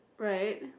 right